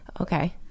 okay